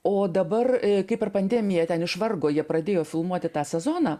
o dabar kai per pandemiją ten iš vargo jie pradėjo filmuoti tą sezoną